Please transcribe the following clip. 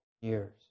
years